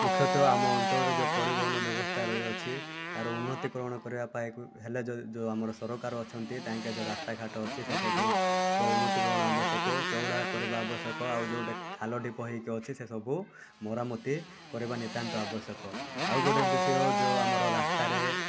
ମୁଖ୍ୟତଃ ଆମ ଅଞ୍ଚଳରେ ଯେଉଁ ପରିବହନ ବ୍ୟବସ୍ଥା ରହିଅଛି ଏହାର ଉନ୍ନତିକରଣ କରିବା ପାଇଁ ହେଲା ଯେଉଁ ଆମର ସରକାର ଅଛନ୍ତି ତାଙ୍କେ ଯେଉଁ ରାସ୍ତାଘାଟ ଅଛି ସେସବୁ ର ଉନ୍ନତିକରଣ ଆବଶ୍ୟକ ଚଉଡ଼ା କରିବା ଆବଶ୍ୟକ ଯେଉଁଟାକି ଖାଲଢ଼ିପ ହେଇକି ଅଛି ସେସବୁ ମରାମତି କରିବା ନିତ୍ୟାନ୍ତ ଆବଶ୍ୟକ ଆଉ ଗୋଟେ ବିଷୟ ଯେଉଁ ଆମର ରାସ୍ତାରେ